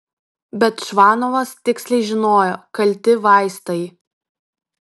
bet čvanovas tiksliai žinojo kalti vaistai